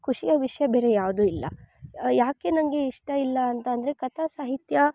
ಖುಷಿಯ ವಿಷಯ ಬೇರೆ ಯಾವುದು ಇಲ್ಲ ಯಾಕೆ ನಂಗೆ ಇಷ್ಟ ಇಲ್ಲ ಅಂತಂದರೆ ಕಥಾ ಸಾಹಿತ್ಯ